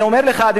ואני אומר לך,